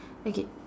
okay